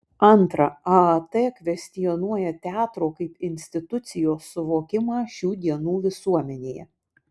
antra aat kvestionuoja teatro kaip institucijos suvokimą šių dienų visuomenėje